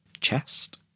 chest